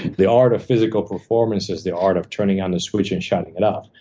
the art of physical performance is the art of turning on a switch and shutting it off.